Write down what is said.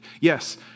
Yes